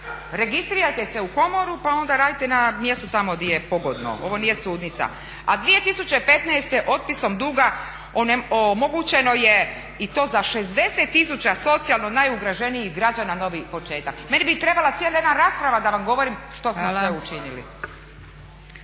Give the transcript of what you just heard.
Registrirajte se u komoru pa onda radite na mjestu tamo di je pogodno. Ovo nije sudnica. A 2015. otpisom duga omogućeno je i to za 60 000 socijalno najugroženijih građana novi početak. Meni bi trebala cijela jedna rasprava da vam govorim što smo sve učinili.